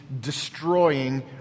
destroying